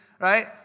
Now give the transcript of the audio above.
right